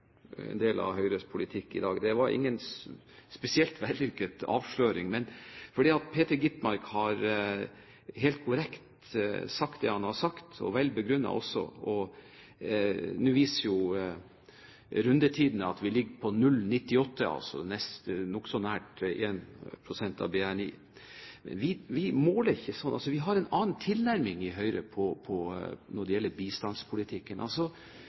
del av Høyres politikk i dag. Det var ikke noen spesielt vellykket avsløring, for Peter Gitmark har helt korrekt sagt det han har sagt – velbegrunnet også. Nå viser jo rundetidene at vi ligger på 0,98 pst., altså nokså nær 1 pst. av BNI. Vi måler det ikke slik. Vi har en annen tilnærming i Høyre til bistandspolitikken. Når det gjelder